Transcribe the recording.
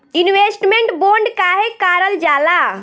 Investment bond काहे कारल जाला?